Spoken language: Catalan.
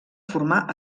formar